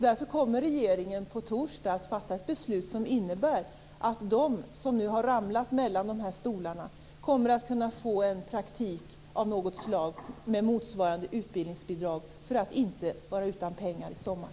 Därför kommer regeringen på torsdag att fatta ett beslut som innebär att de som nu har ramlat mellan stolarna kommer att kunna få en praktik av något slag med motsvarande utbildningsbidrag för att inte vara utan pengar i sommar.